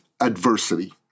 Adversity